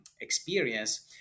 experience